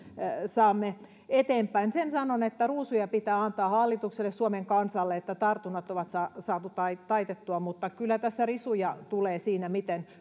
saamme eteenpäin sen sanon että ruusuja pitää antaa hallitukselle ja suomen kansalle että tartunnat on saatu taitettua mutta kyllä tässä risuja tulee siitä miten